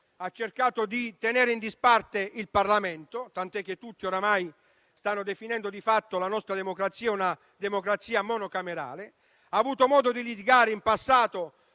ha cercato di tenere in disparte il Parlamento, tant'è che tutti, oramai, stanno definendo di fatto la nostra come una democrazia monocamerale. Ha avuto modo di litigare in passato